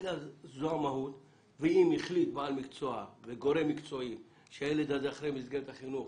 זו המהות ואם החליט בעל מקצוע וגורם מקצועי שילד אחרי מסגרת החינוך,